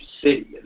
city